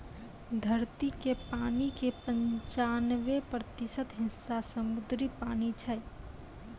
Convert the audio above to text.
धरती के पानी के पंचानवे प्रतिशत हिस्सा समुद्री पानी छै